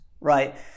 right